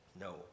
No